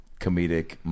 comedic